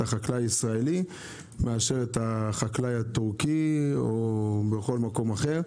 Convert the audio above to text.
החקלאי הישראלי מאשר את הטורקי או מכל מקום אחר.